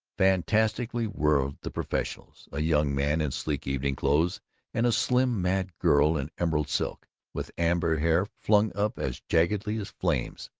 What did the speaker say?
fantastically whirled the professionals, a young man in sleek evening-clothes and a slim mad girl in emerald silk, with amber hair flung up as jaggedly as flames.